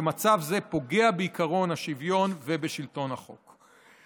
ומצב זה פוגע בעקרון השוויון ובשלטון החוק.